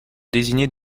désigner